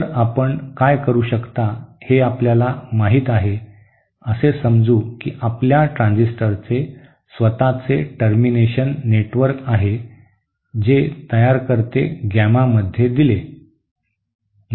तर आपण काय करू शकता हे आपल्याला माहिती आहे असे समजू की आपल्या ट्रान्झिस्टरचे स्वतःचे टर्मिनेशन नेटवर्क आहे जे तयार करते गॅमा मध्ये दिले